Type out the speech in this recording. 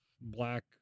black